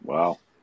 Wow